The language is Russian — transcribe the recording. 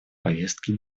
повестки